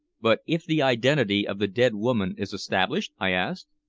but if the identity of the dead woman is established? i asked.